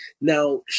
now